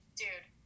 dude